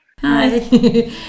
Hi